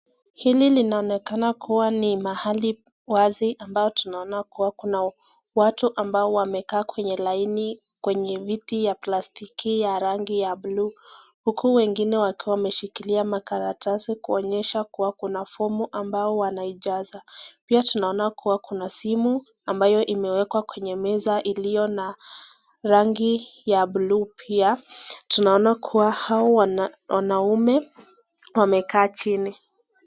Hapa panaonekana kuwa ni mahali wazi ambao tunaona kuwa watu ambao wamekaa kwenye laini kwenye viti ya plastiki yenye rangi ya bluu, huku wengine wakiwa wameshikilia makaratasi kuonyesha kuwa kuna fomu ambao wanaijazi. Pia tunaona kuwa kuna simu ambayo imewekwa kwenye meza iliyo na rangi ya bluu, pia tunaona kuwa hao wanaume wamekaa chini.